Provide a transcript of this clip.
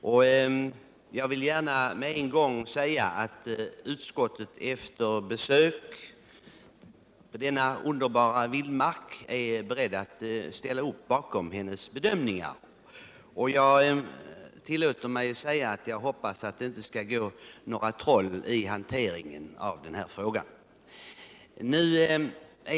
Utskottet är också efter sitt besök i denna underbara vildmark berett att ansluta sig till hennes bedömningar, och jag hoppas för min del att det inte skall gå några troll i hanteringen av denna fråga.